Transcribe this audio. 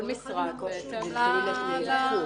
כל משרד בהתאם -- זה תלוי באיזה תחום.